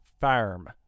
Farm